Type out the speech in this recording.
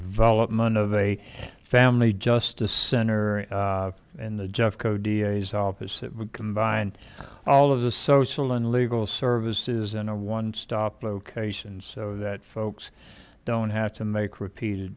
development of a family justice center in the jeffco da's office that would combine all of the social and legal services in a one stop location so that folks don't have to make repeated